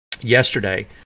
yesterday